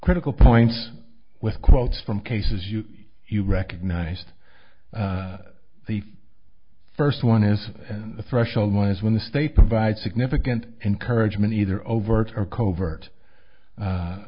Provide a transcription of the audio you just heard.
critical points with quotes from cases you he recognized the first one is and the threshold one is when the state provides significant encouragement either overt or covert